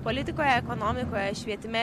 politikoje ekonomikoje švietime